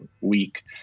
week